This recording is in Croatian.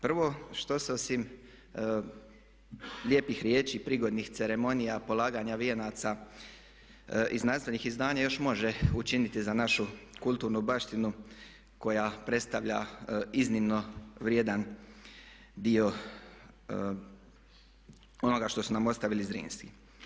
Prvo što osim lijepih riječi, prigodnih ceremonija polaganja vijenaca i znanstvenih izdanja još može učiniti za našu kulturnu baštinu koja predstavlja iznimno vrijedan dio onoga što su nam ostavili Zrinski.